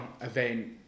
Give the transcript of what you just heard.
event